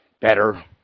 better